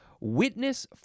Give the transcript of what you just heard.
Witness